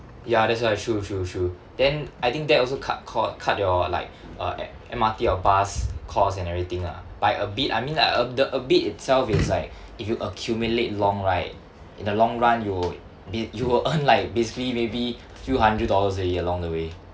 ya that's why true true true then I think that also cut co~ cut your like uh M~ M_R_T or bus cost and everything ah by a bit I mean like a the a bit itself is like if you accumulate long right in the long run you will you will earn like basically maybe few hundred dollars a year along the way